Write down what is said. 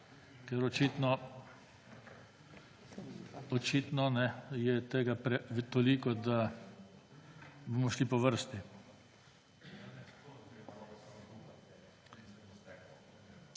Ker očitno je tega toliko, da bomo šli po vrsti.